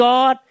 God